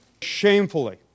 Shamefully